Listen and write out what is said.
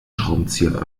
schraubenzieher